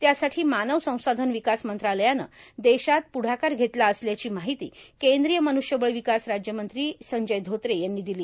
त्यासाठी मानव संसाधन विकास मंत्रालययान देशात प्रढाकार घेतला असल्याची माहिती केंद्रीय मनृष्यबळ विकास राज्यमंत्री संजय धोत्रे यांनी दिली